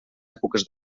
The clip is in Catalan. èpoques